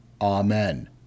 Amen